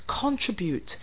contribute